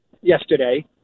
yesterday